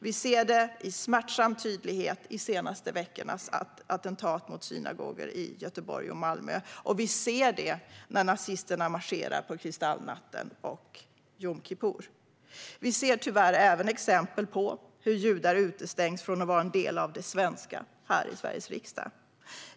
Vi ser det med smärtsam tydlighet i de senaste veckornas attentat mot synagogor i Göteborg och Malmö, och vi ser det när nazisterna marscherar på kristallnatten och jom kippur. Vi ser tyvärr även exempel på hur judar utestängs från att vara en del av det svenska här i Sveriges riksdag.